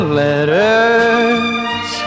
letters